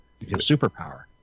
superpower